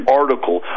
article